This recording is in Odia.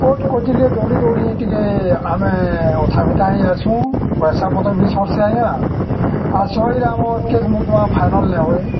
କୋର୍ଟ କଚରିକେ ଦୌଡ଼ି ଦୌଡ଼ି ଟିକେ ଆମେ ଅଥା ବ୍ୟଥା ହେଇ ଯାଏସୁ ପଏସା ପତର୍ ବି ସର୍ସି ଆଜ୍ଞା ଆର୍ ସହଜ୍ରେ ଆମର୍ କେସ୍ ମକଦମା ଫାଇନାଲ୍ ନେ ହୁଏ